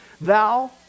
thou